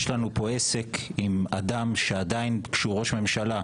יש לנו פה עסק עם אדם שעדיין כשהוא ראש הממשלה,